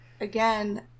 again